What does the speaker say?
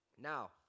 Now